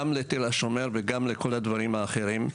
גם לתל השומר וגם לכל הדברים האחרים.